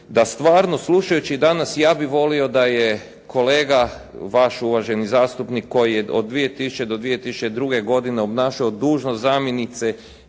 da stvarno slušajući danas i ja bih volio da je kolega vaš uvaženi zastupnik koji je od 2000. do 2002. godine obnašao dužnost zamjenika